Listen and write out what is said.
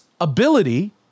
ability